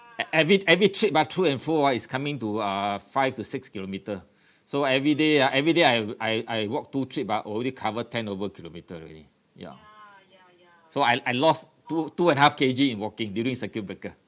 e~ every every trip ah to and fro ah is coming to uh five to six kilometre so everyday ah everyday I I I walk two trip ah already cover ten over kilometre already ya so I I lost two two and half K_G in walking during circuit breaker